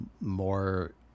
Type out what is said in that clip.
more